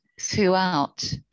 throughout